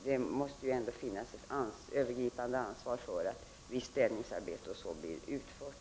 Det måste ändå finnas ett övergripande ansvar för att städningsarbete o.d. blir utfört.